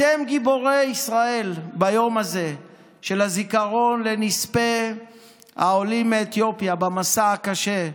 אתם גיבורי ישראל ביום הזה של הזיכרון לנספי העולים מאתיופיה במסע הקשה.